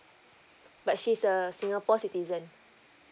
but she's a singapore citizen